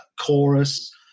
chorus